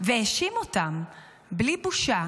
והאשים אותן בלי בושה